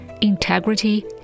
integrity